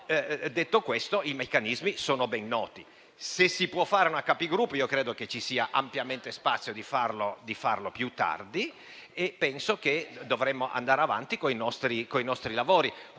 Detto questo, i meccanismi sono ben noti. Per convocare una Conferenza dei Capigruppo, credo che ci sia ampiamente spazio per farlo più tardi, e penso che dovremmo andare avanti con i nostri lavori.